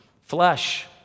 flesh